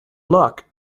luck